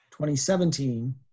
2017